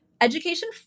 Education